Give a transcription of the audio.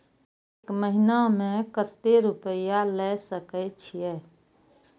एक महीना में केते रूपया ले सके छिए?